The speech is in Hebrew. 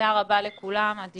יש